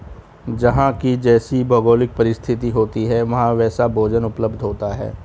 जहां की जैसी भौगोलिक परिस्थिति होती है वहां वैसा भोजन उपलब्ध होता है